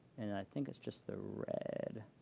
and i think it's just the red